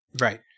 Right